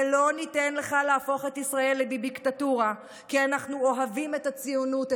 ולא ניתן לך להפוך את ישראל לביביקטטורה כי אנחנו אוהבים את הציונות,